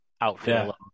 outfit